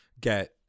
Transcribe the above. get –